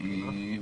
תודה.